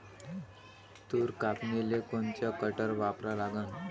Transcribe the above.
तूर कापनीले कोनचं कटर वापरा लागन?